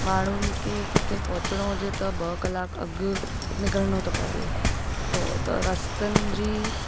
माण्हुनि खे किथे पहुचणो हुजे त ॿ कलाक अॻु निकिरणो थो पवे थो त